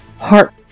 heart